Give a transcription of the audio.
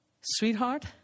Sweetheart